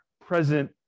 present